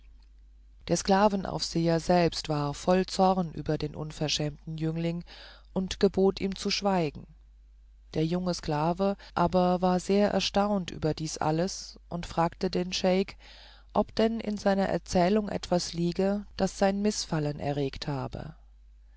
der sklavenaufseher selbst war voll zorn über den unverschämten jüngling und gebot ihm zu schweigen der junge sklave aber war sehr erstaunt über dies alles und fragte den scheik ob denn in seiner erzählung etwas liege das sein mißfallen erregt habe